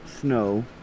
Snow